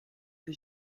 que